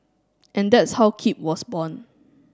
and that's how Keep was born